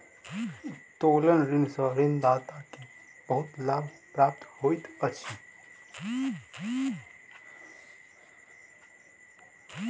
उत्तोलन ऋण सॅ ऋणदाता के बहुत लाभ प्राप्त होइत अछि